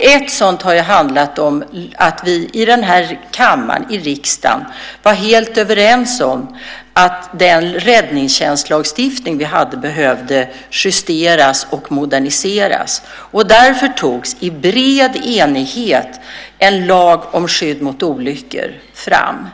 Ett sådant har handlat om att vi i den här kammaren i riksdagen var helt överens om att den räddningstjänstlagstiftning vi hade behövde justeras och moderniseras. Därför togs i bred enighet en lag om skydd mot olyckor fram.